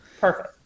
Perfect